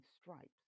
stripes